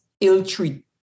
ill-treat